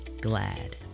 glad